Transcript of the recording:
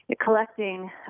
collecting